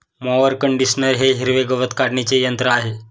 mower conditioner हे हिरवे गवत काढणीचे यंत्र आहे